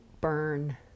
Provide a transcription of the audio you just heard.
burn